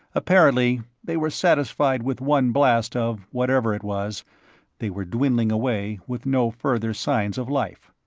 apparently they were satisfied with one blast of whatever it was they were dwindling away with no further signs of life.